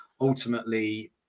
ultimately